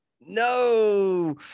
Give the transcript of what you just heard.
no